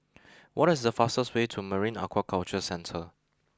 what is the fastest way to Marine Aquaculture Centre